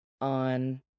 on